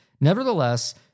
Nevertheless